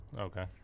Okay